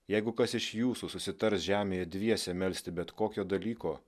jeigu kas iš jūsų susitars žemėje dviese melsti bet kokio dalyko